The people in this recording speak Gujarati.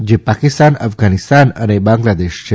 જે પાકિસ્તાન અફઘાનિસ્તાન અને બાંગ્લાદેશ છે